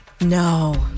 No